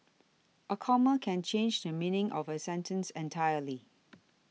a comma can change the meaning of a sentence entirely